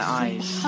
eyes